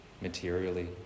materially